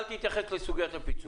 אתה אל תתייחס לסוגיית הפיצוי.